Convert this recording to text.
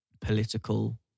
political